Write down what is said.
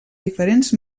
diferents